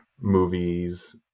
movies